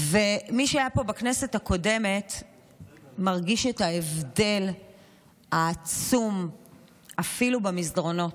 מי שהיה פה בכנסת הקודמת מרגיש את ההבדל העצום אפילו במסדרונות.